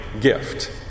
gift